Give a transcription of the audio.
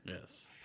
Yes